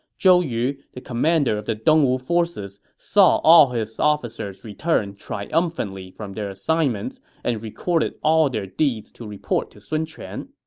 zhou yu, the commander of the dongwu forces, saw all his officers return triumphantly from their assignments and recorded all their deeds to report to sun quan.